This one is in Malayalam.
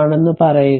ആണെന്ന് പറയുക